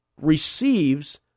Receives